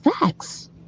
facts